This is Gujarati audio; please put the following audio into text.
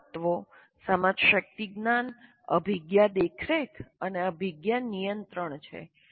ત્રણ તત્વો સમજશક્તિ જ્ઞાન અભિજ્ઞા દેખરેખ અને અભિજ્ઞા નિયંત્રણ છે